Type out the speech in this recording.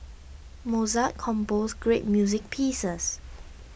Mozart composed great music pieces